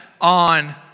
on